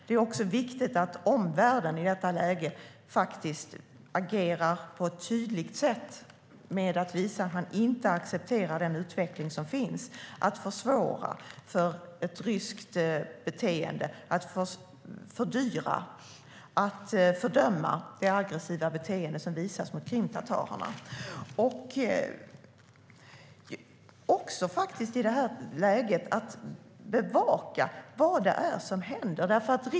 Det är viktigt att omvärlden i detta läge agerar på ett tydligt sätt genom att visa att man inte accepterar den utveckling som pågår och genom att försvåra, fördyra och fördöma Rysslands aggressiva beteende, inte minst mot krimtatarerna. I detta läge är det också viktigt att bevaka vad det är som händer.